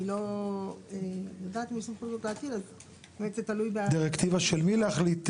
אני לא יודעת על מי הסמכויות להטיל -- דירקטיבה של מי להחליט?